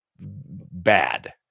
bad